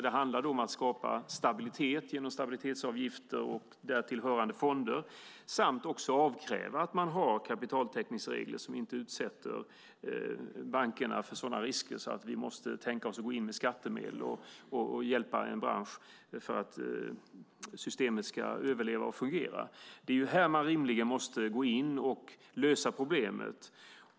Det handlar om att skapa stabilitet genom stabilitetsavgifter och därtill hörande fonder, och att kräva kapitaltäckningsregler som inte utsätter bankerna för sådana risker att vi måste gå in med skattemedel och hjälpa branscher för att systemet ska överleva och fungera. Det är här man måste lösa problemet.